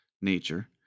nature